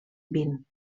vint